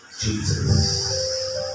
Jesus